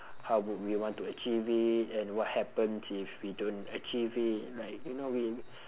how would we want to achieve it and what happens if we don't achieve it like you know we